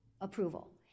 approval